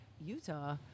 Utah